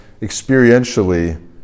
experientially